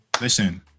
listen